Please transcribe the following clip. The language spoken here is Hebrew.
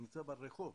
ברחוב,